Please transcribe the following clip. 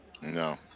No